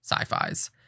sci-fis